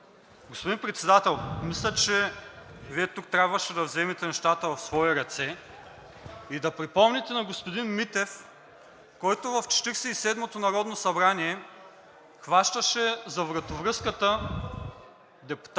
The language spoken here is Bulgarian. Господин Председател, мисля, че Вие тук трябваше да вземете нещата в свои ръце и да припомните на господин Митев, който в Четиридесет и седмото народно събрание хващаше за вратовръзката депутати,